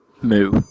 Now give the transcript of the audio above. Moo